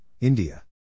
India